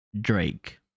Drake